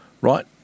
Right